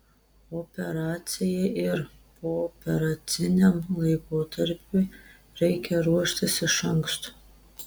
operacijai ir pooperaciniam laikotarpiui reikia ruoštis iš anksto